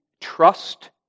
trust